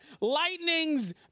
lightnings